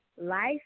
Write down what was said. Life